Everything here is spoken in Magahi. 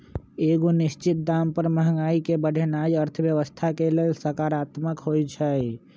एगो निश्चित दाम पर महंगाई के बढ़ेनाइ अर्थव्यवस्था के लेल सकारात्मक होइ छइ